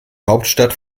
hauptstadt